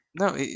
No